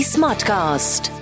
Smartcast